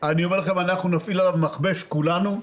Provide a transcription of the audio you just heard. אנחנו נפעיל עליו מכבש כולנו.